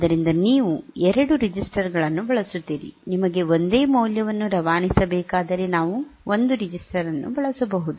ಆದ್ದರಿಂದ ನೀವು 2 ರೆಜಿಸ್ಟರ್ ಗಳನ್ನು ಬಳಸುತ್ತೀರಿ ನಿಮಗೆ ಒಂದೇ ಮೌಲ್ಯವನ್ನು ರವಾನಿಸಬೇಕಾದರೆ ನಾವು ಒಂದು ರಿಜಿಸ್ಟರ್ ಅನ್ನು ಬಳಸಬಹುದು